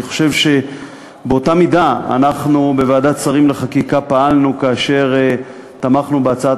אני חושב שבאותה מידה אנחנו בוועדת השרים לחקיקה פעלנו כאשר תמכנו בהצעת